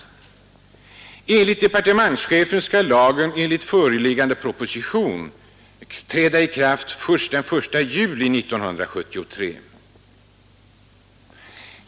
Departementschefen föreslår i föreliggande proposition att lagen skall träda i kraft först den 1 juli 1973.